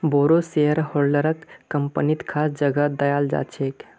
बोरो शेयरहोल्डरक कम्पनीत खास जगह दयाल जा छेक